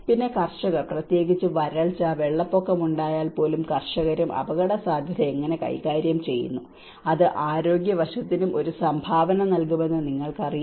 പിന്നെ കർഷകർ പ്രത്യേകിച്ച് വരൾച്ച വെള്ളപ്പൊക്കമുണ്ടായാൽ പോലും കർഷകരും അപകടസാധ്യത എങ്ങനെ കൈകാര്യം ചെയ്യുന്നു അത് ആരോഗ്യ വശത്തിനും ഒരു സംഭാവന നൽകുമെന്ന് നിങ്ങൾക്കറിയാം